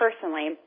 personally